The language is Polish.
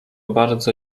bardzo